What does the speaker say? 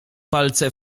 palce